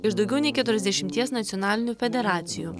iš daugiau nei keturiasdešimties nacionalinių federacijų